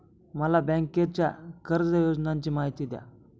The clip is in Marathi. मला बँकेच्या कर्ज योजनांची माहिती द्या